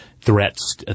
threats